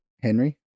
Henry